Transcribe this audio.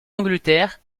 angleterre